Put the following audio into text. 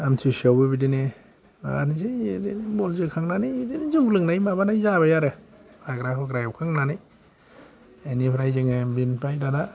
आमसि सुवायावबो बिदिनो माबा नोसै बल जोखांनानै बिदिनो जौ लोंनाय माबानाय जाबाय आरो हाग्रा हुग्रा एवखांनानै बेनिफ्राइ जोङो बेनिफ्राइ दाना